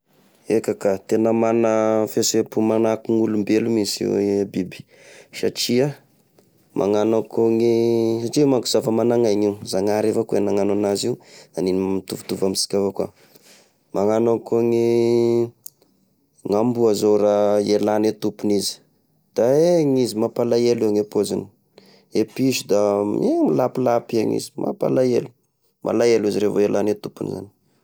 Eka ka, tena mana fiheseham-po manahaky gny olombelo mihitsy izy, e biby! Satria magnano akone, satria manko zava-managnainy io, zagnahary avaokoa nagnano enazy aniny mitovitovy aminsika avao koa, magnano ako gne amboa zao raha elane tompony izy, da egny izy mapalahelo egny e pôziny, e piso da, egny izy milapilapy egny izy, mampalahelo malahelo izy raha vao elane tompony zany.